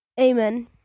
Amen